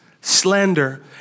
slander